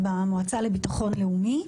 המועצה לביטחון לאומי,